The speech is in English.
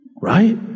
Right